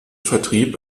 vertrieb